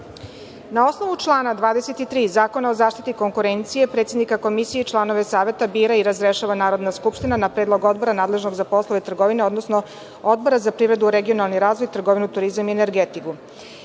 osnovu člana 23. Zakona o zaštiti konkurencije, predsednika Komisije i članove Saveta bira i razrešava Narodna skupština na predlog odbora nadležnog za poslove trgovine, odnosno Odbora za privredu, regionalni razvoj, trgovinu, turizam i energetiku. Izbor